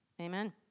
Amen